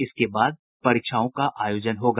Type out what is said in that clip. इसके बाद परीक्षाओं का आयोजन होगा